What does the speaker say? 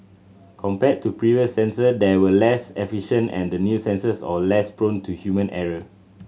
compared to previous sensor that were less efficient and the new sensors are less prone to human error